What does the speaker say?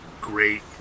great